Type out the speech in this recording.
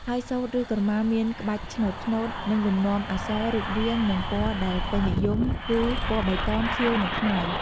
ហើយសូត្រ ឬក្រមាមានក្បាច់ឆ្នូតៗ និងលំនាំអក្សរ/រូបរាងនិង ពណ៌ដែលពេញនិយម គឺ ពណ៌បៃតង ខៀវ និងខ្មៅ។